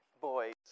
boys